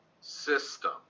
system